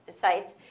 sites